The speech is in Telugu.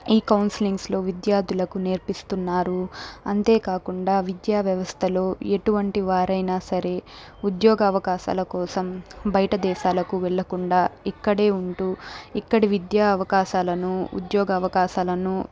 ఈ కౌన్సెలింగ్స్లో విద్యార్థులకు నేర్పిస్తున్నారు అంతే కాకుండా విద్యావ్యవస్థలో ఎటువంటి వారైన సరే ఉద్యోగ అవకాశాల కోసం బయట దేశాలకు వెళ్ళకుండా ఇక్కడే ఉంటూ ఇక్కడి విద్యా అవకాశాలను ఉద్యోగ అవకాశాలను